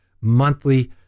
monthly